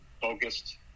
focused